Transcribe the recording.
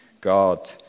God